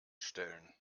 stellen